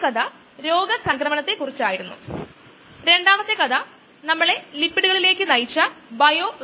അവയിൽ ചിലത് ഈ മൈക്കിളിസ് മെന്റൻ കയ്നെറ്റിക്സിലെ വ്യതിയാനങ്ങളായി നമ്മൾ നോക്കും